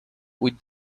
with